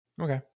Okay